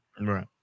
Right